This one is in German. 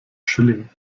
schilling